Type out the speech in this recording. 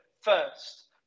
First